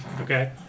Okay